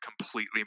completely